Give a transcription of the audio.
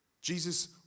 Jesus